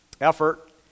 effort